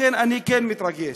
לכן אני כן מתרגש.